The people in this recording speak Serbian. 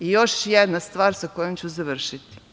I još jedna stvar sa kojom ću završiti.